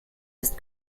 ist